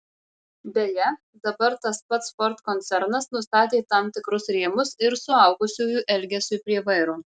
beje dabar tas pats ford koncernas nustatė tam tikrus rėmus ir suaugusiųjų elgesiui prie vairo